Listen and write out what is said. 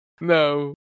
No